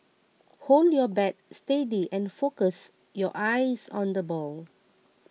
hold your bat steady and focus your eyes on the ball